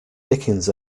dickens